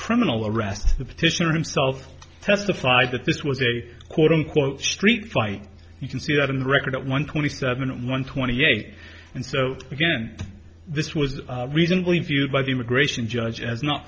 criminal arrest the petitioner himself testified that this was a quote unquote street fight you can see that in the record at one twenty seven one twenty eight and so again this was reasonably viewed by the immigration judge as not